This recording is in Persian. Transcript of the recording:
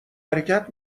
حرکت